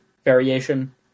variation